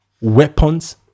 weapons